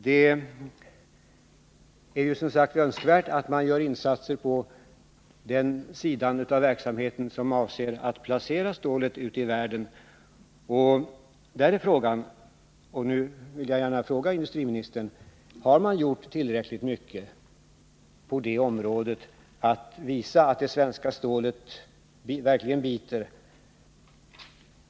Det är som sagt önskvärt att man gör insatser på den sida där det är fråga om att placera stålet ute i världen. Och jag vill fråga industriministern: Har man gjort tillräckligt på det området för att visa att det svenska stålet verkligen biter?